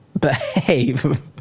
behave